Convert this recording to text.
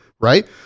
right